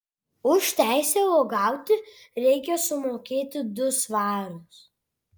už teisę uogauti reikia sumokėti du svarus